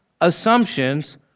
assumptions